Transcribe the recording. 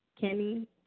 Kenny